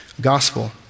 gospel